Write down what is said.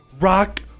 rock